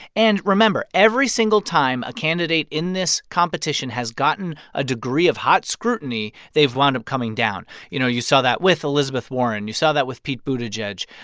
and remember every single time a candidate in this competition has gotten a degree of hot scrutiny, they've wound up coming down. you know, you saw that with elizabeth warren. you saw that with pete buttigieg,